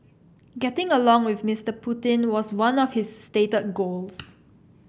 getting along with Mr Putin was one of his stated goals